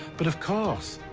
but, of course,